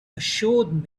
assured